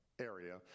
area